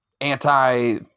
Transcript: anti